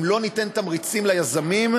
אם לא ניתן תמריצים ליזמים,